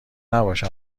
نباش